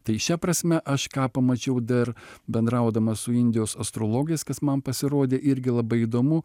tai šia prasme aš ką pamačiau dar bendraudamas su indijos astrologais kas man pasirodė irgi labai įdomu